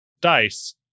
dice